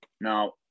Now